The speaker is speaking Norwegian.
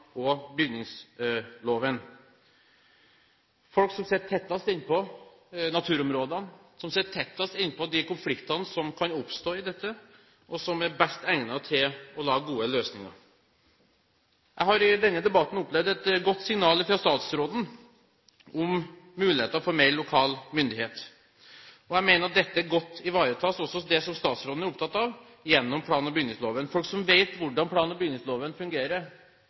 og bygningsloven. Folk som er tettest innpå naturområdene, som er tettest innpå de konfliktene som kan oppstå rundt dette, er de som er best egnet til å lage gode løsninger. Jeg har i denne debatten opplevd et godt signal fra statsråden om muligheter for mer lokal myndighet. Jeg mener at dette godt ivaretas – også det som statsråden er opptatt av – gjennom plan- og bygningsloven. Folk som vet hvordan plan- og bygningsloven fungerer,